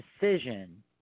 decision